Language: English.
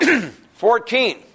Fourteen